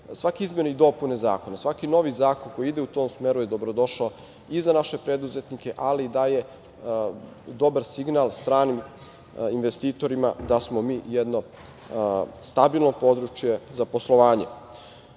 izmene i dopune zakona, svaki novi zakon koji ide u tom smeru je dobrodošao i za naše preduzetnike, ali daje dobar signal stranim investitorima da smo mi jedno stabilno područje za poslovanje. Malopre